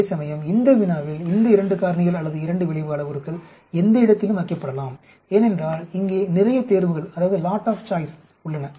அதேசமயம் இந்த வினாவில் இந்த 2 காரணிகள் அல்லது 2 விளைவு அளவுருக்கள் எந்த இடத்திலும் வைக்கப்படலாம் ஏனென்றால் இங்கே நிறைய தேர்வுகள் உள்ளன